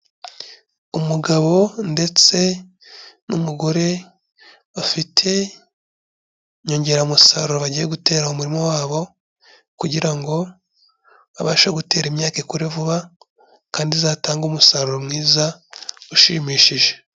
Umugabo ndetse n'umugore bafite inyongeramusaruro bagiye gutera mu murima wabo kugira ngo babashe gutera imyaka ikure vuba kandi izatange umusaruro mwiza ushimishije.